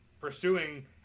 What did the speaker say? pursuing